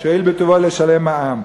שיואיל בטובו לשלם מע"מ.